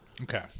Okay